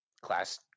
class